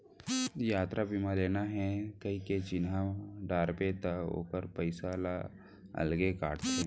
यातरा बीमा लेना हे कइके चिन्हा डारबे त ओकर पइसा ल अलगे काटथे